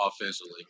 offensively